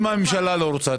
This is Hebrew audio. אם הממשלה לא רוצה,